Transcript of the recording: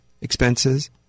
expenses